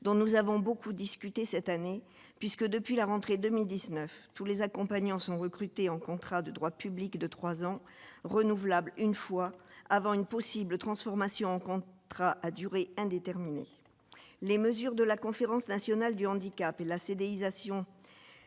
dont nous avons beaucoup discuté cette année puisque, depuis la rentrée 2019 tous les accompagnants sont recrutés en contrats de droit public de 3 ans renouvelable une fois, avant une possible transformation en contrat à durée indéterminée, les mesures de la conférence nationale du handicap et l'CDI sation